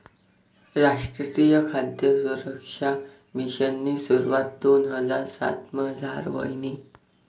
रासट्रीय खाद सुरक्सा मिशननी सुरवात दोन हजार सातमझार व्हयनी